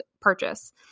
purchase